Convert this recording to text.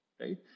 right